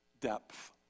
depth